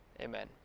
amen